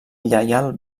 lleial